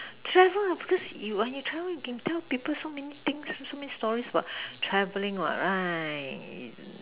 travel ah because you when you travel you can tell people so many things so many stories about travelling what right